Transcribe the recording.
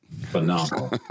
phenomenal